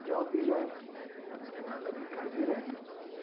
job بھی join کی اس کے بعد ابھی کر بھی رہے ہیں